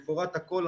מפורט הכול.